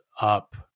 up